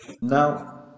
Now